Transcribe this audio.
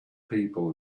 people